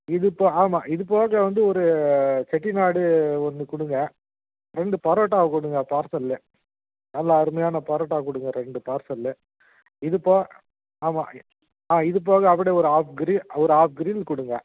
இதுப்போக ஆமாம் இதுப்போக வந்து ஒரு செட்டிநாடு ஒன்று கொடுங்க ரெண்டு பரோட்டா கொடுங்க பார்சல்லு நல்ல அருமையான பரோட்டா கொடுங்க ரெண்டு பார்சல்லு இதுப்போக ஆமாம் ஆ இதுப்போக அப்படியே ஒரு ஆஃப் க்ரில் ஒரு ஆஃப் க்ரில் கொடுங்க